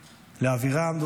לאבירם,